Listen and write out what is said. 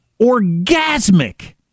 orgasmic